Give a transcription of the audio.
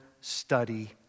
study